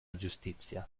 giustizia